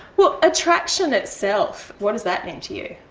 well, attraction itself, what does that mean to you?